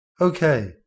Okay